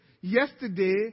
Yesterday